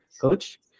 Coach